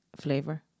flavor